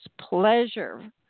pleasure